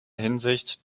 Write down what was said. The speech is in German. hinsicht